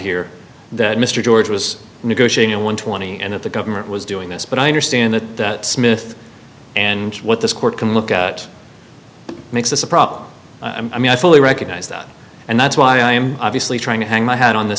here that mr george was negotiating one twenty and if the government was doing this but i understand that smith and what this court can look at makes a problem i mean i fully recognize that and that's why i'm obviously trying to hang my hat on the